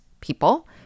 people